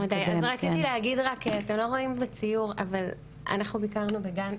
אתם לא רואים בציור אבל אנחנו ביקרנו בגן,